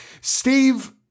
Steve-